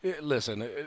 listen